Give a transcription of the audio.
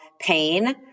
pain